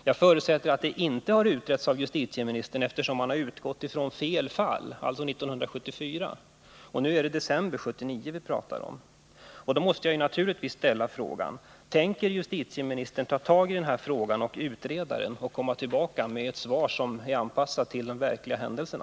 Jag förutsätter att den inte har utretts av justitieministern, eftersom han har utgått från fel fall. Då måste jag också fråga: Tänker justitieministern utreda frågan och komma tillbaka med ett svar som är anpassat till de verkliga händelserna?